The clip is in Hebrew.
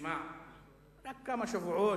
שמע, רק כמה שבועות.